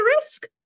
risk